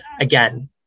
Again